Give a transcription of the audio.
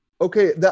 Okay